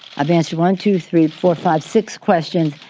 i've answered one, two, three, four, five, six questions.